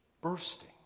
bursting